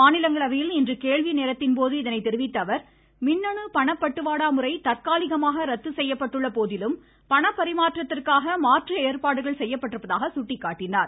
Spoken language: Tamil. மாநிலங்களவையில் இன்று கேள்வி நேரத்தின்போது இதனை தெரிவித்த அவர் மின்னனு பணப்பட்டுவாடா முறை தற்காலிகமாக ரத்து செய்யப்பட்டுள்ள போதிலும் பணப்பரிமாற்றத்திற்காக மாற்று ஏற்பாடுகள் செய்யப்பட்டுள்ளதாக சுட்டிக்காட்டினார்